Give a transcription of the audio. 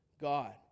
God